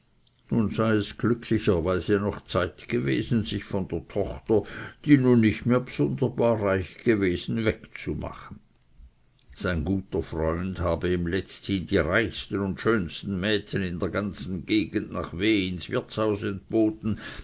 nun sei es glücklicherweise noch zeit gewesen sich von der tochter die nun nicht mehr b'sunderbar reich gewesen wegzumachen sein guter freund habe ihm letzthin die reichsten und schönsten mädchen in der ganzen gegend nach w ins wirtshaus entboten